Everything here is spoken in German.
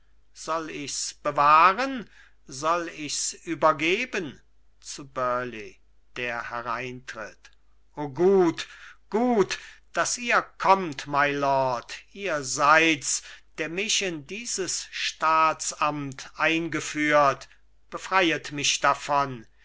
soll ich's bewahren soll ich's übergeben zu burleigh der hereintritt o gut gut daß ihr kommt mylord ihr seid's der mich in dieses staatsamt eingeführt befreit mich davon